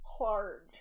large